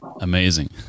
Amazing